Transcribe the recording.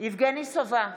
יבגני סובה,